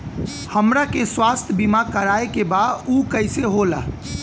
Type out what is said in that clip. हमरा के स्वास्थ्य बीमा कराए के बा उ कईसे होला?